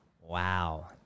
Wow